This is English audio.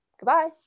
Goodbye